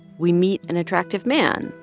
we meet an attractive man,